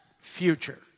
future